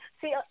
See